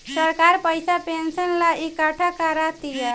सरकार पइसा पेंशन ला इकट्ठा करा तिया